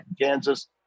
Kansas